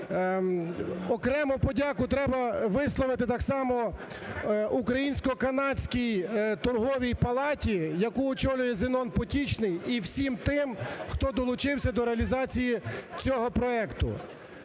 Окремо подяку треба висловити так само Українсько-канадській торговій палаті, яку очолює Зенон Потічний, і всім тим, хто долучився до реалізації цього проекту.